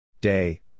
Day